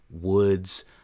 woods